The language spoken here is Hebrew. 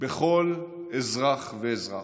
בכל אזרח ואזרח.